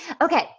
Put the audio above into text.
Okay